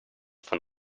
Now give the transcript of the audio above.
von